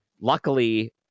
luckily